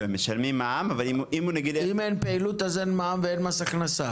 אם אין פעילות אז אין מע"מ ואין מס הכנסה.